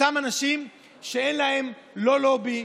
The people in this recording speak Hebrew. אותם אנשים שאין להם לא לובי,